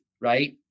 right